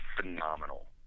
phenomenal